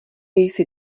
jsi